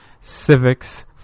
civics